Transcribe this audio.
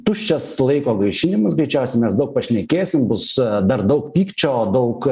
tuščias laiko gaišinimas greičiausiai mes daug pašnekėsim bus dar daug pykčio daug